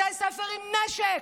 בתי ספר עם נשק,